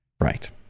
Right